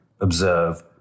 observe